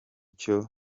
cyo